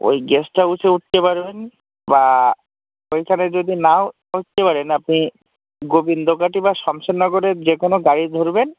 ওই গেস্ট হাউসে উঠতে পারবেন বা ওইখানে যদি না উঠতে পারেন আপনি গোবিন্দকাটি বা সমসননগরের যেকোনও গাড়ি ধরবেন